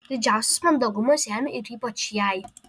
didžiausias mandagumas jam ir ypač jai